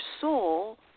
soul